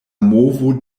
movo